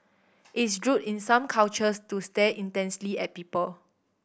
it's rude in some cultures to stare intensely at people